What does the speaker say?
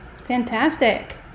fantastic